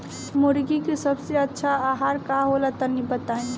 मुर्गी के सबसे अच्छा आहार का होला तनी बताई?